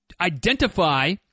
identify